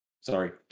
Sorry